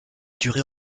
durait